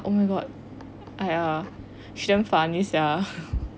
oh my god I eh she damn funny sia